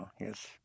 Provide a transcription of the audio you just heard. yes